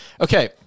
okay